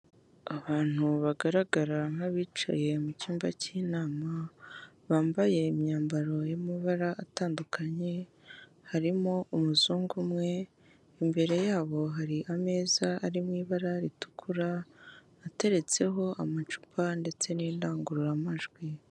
Abantu bagaragara nk'abicaye mucyumba cy'inama bambaye imyambaro y'amabara atandukanye harimo umuzungu umwe, imbere yabo hari ameze ari mu ibara ritukura ateretseho amacupa ndetse n'indangururamajwi.